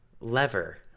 lever